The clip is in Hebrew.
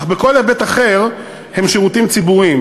אך בכל היבט אחר הם שירותים ציבוריים.